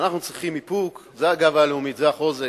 אנחנו צריכים איפוק, זה הגאווה הלאומית, זה החוזק.